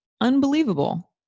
unbelievable